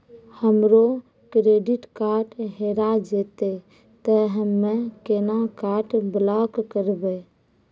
हमरो credit card हेरा जेतै ते हम्मय केना कार्ड ब्लॉक करबै?